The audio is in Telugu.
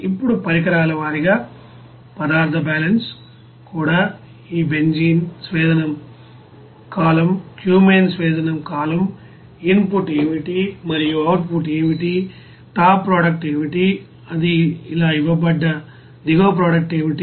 ఇప్పుడు పరికరాల వారీగా పదార్థ బ్యాలెన్స్ కూడా ఈ బెంజీన్ స్వేదనం కాలమ్ క్యూమెన్ స్వేదనం కాలమ్ ఇన్ పుట్ ఏమిటి మరియు అవుట్ పుట్ ఏమిటి టాప్ ప్రొడక్ట్ ఏమిటి ఇది ఇలా ఇవ్వబడ్డ దిగువ ప్రొడక్ట్ ఏమిటి